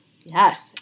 Yes